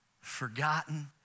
forgotten